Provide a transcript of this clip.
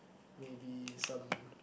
maybe some